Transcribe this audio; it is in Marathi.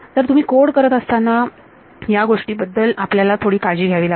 तर तुम्ही कोड करत असताना या गोष्टी बद्दल आपल्याला थोडी काळजी घ्यावी लागेल